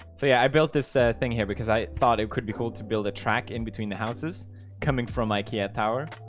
so yeah i built this thing here because i thought it could be cool to build a track in between the houses coming from ikea tower